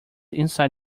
inside